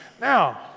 Now